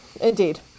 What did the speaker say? indeed